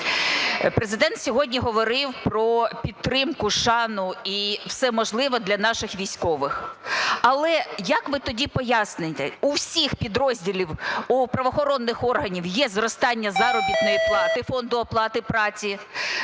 Президент сьогодні говорив про підтримку, шану і все можливе для наших військових. Але, як ви тоді поясните, у всіх підрозділів у правоохоронних органів є зростання заробітної плати Фонду оплати праці,